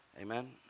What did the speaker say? Amen